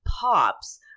pops